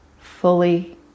fully